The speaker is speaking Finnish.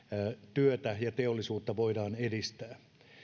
työtä ja teollisuutta voidaan edistää